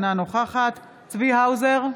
אינה נוכחת צבי האוזר,